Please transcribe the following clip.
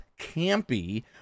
campy